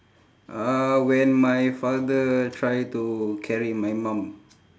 uh when my father try to carry my mom